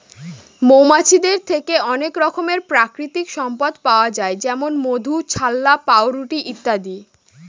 মৌমাছিদের থেকে অনেক রকমের প্রাকৃতিক সম্পদ পাওয়া যায় যেমন মধু, ছাল্লা, পাউরুটি ইত্যাদি